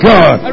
God